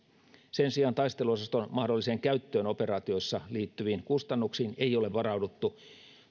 sen sijaan taisteluosaston mahdolliseen käyttöön operaatioissa liittyviin kustannuksiin ei ole varauduttu